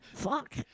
Fuck